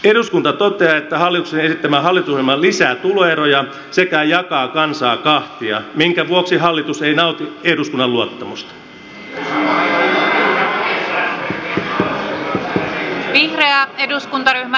eduskunta toteaa että hallituksen esittämä hallitusohjelma lisää tuloeroja sekä jakaa kansaa kahtia minkä vuoksi hallitus ei nauti eduskunnan luottamusta